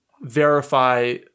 verify